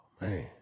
man